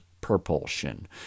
propulsion